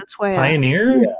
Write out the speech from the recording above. Pioneer